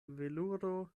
veluro